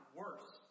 worse